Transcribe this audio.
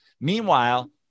Meanwhile